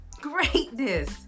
greatness